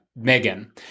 Megan